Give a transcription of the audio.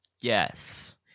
Yes